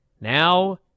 Now